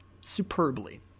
superbly